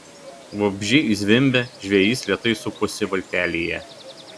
vabzdžiai zvimbė žvejys lėtai suposi valtelėje